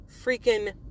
freaking